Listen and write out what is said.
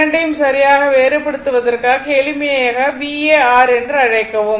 ஆனால் இரண்டையும் சரியாக வேறுபடுத்துவதற்காக எளிமையாக VAr என்று அழைக்கவும்